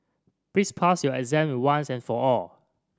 please pass your exam once and for all